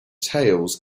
tales